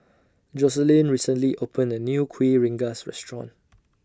Joseline recently opened A New Kuih Rengas Restaurant